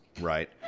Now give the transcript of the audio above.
Right